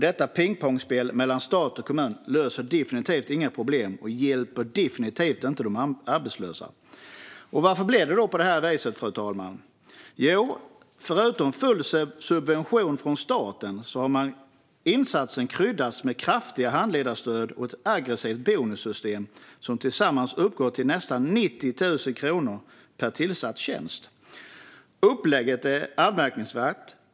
Detta pingpongspel mellan stat och kommun löser definitivt inga problem och hjälper definitivt inte de arbetslösa. Varför blir det då på det här viset, fru talman? Jo, förutom full subvention från staten har insatsen kryddats med kraftiga handledarstöd och ett aggressivt bonussystem som tillsammans uppgår till nästan 90 000 kronor per tillsatt tjänst. Upplägget är anmärkningsvärt.